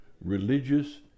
religious